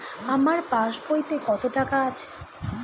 আমার পাস বইতে কত টাকা আছে?